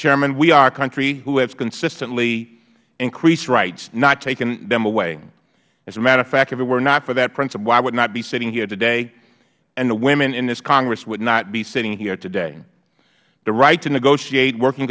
chairman we are a country who has consistently increased rights not taken them away as a matter of fact if it were not for that principle i would not be sitting here today and the women in this congress would not be sitting here today the right to negotiate working